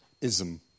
ism